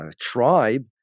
tribe